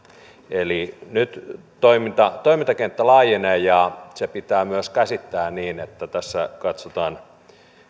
eli nyt toimintakenttä laajenee ja se pitää myös käsittää niin että tässä katsotaan